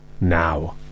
now